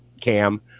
Cam